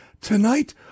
tonight